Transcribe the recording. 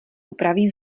upraví